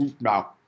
no